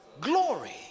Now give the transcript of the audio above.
glory